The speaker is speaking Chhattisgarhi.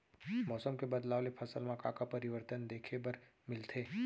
मौसम के बदलाव ले फसल मा का का परिवर्तन देखे बर मिलथे?